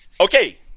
Okay